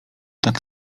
tak